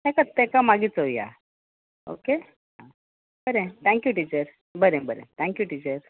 तेका तेका मागीर चोवया ओके बरें थँक्यू टिचर बरें बरें थँक्यू टिचर